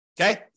Okay